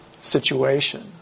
situation